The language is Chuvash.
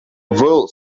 вӑл